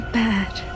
bad